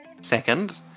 second